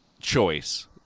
choice